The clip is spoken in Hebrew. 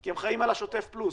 כי הם חיים על השוטף פלוס.